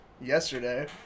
yesterday